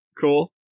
cool